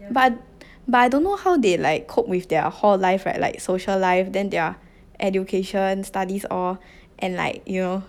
but but I don't know how they like cope with their hall life right like social life then their education studies all and like you know